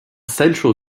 central